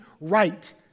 right